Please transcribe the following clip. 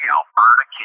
Alberta